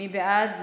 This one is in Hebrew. מי בעד?